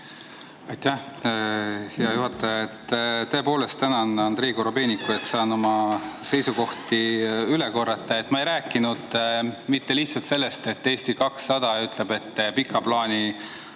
Tõepoolest, tänan Andrei Korobeinikut, et saan oma seisukohti üle korrata. Ma ei rääkinud mitte lihtsalt sellest, et Eesti 200 ütleb, et pika plaani